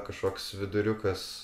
kažkoks viduriukas